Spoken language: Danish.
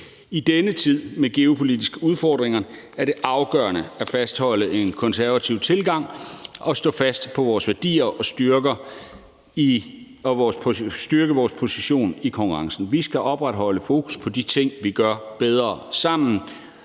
I denne tid med geopolitiske udfordringer er det afgørende at fastholde en konservativ tilgang og stå fast på vores værdier og styrke vores position i konkurrencen. Vi skal opretholde fokus på de ting, vi gør bedre sammen,